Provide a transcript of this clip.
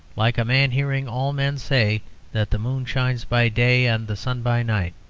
like a man hearing all men say that the moon shines by day and the sun by night.